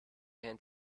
hand